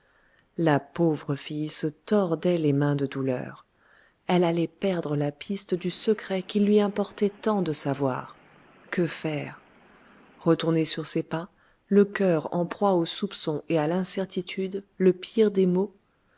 la pauvre fille se tordait les mains de douleur elle allait perdre la piste du secret qu'il lui importait tant de savoir que faire retourner sur ses pas le cœur en proie au soupçon et à l'incertitude le pire des maux